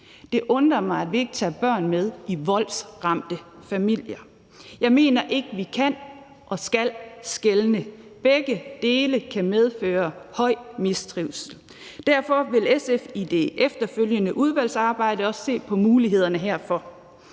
Det undrer mig, at vi ikke tager børn i voldsramte familier med. Jeg mener ikke, at vi kan eller skal skelne. Begge dele kan medføre stor mistrivsel. Derfor vil SF i det efterfølgende udvalgsarbejde også se på mulighederne herfor.